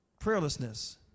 Prayerlessness